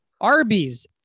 Arby's